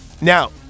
now